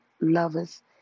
lovers